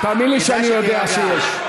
תאמין לי שאני יודע שיש.